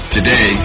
Today